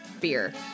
beer